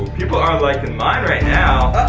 people are liking mine right now.